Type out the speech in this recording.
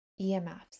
EMFs